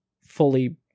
fully